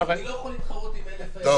אני לא יכול להתחרות עם --- אוקיי.